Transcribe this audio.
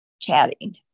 chatting